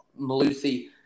Malusi